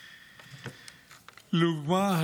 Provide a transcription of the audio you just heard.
לדוגמה,